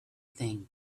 thing